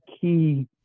key